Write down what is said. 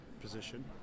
position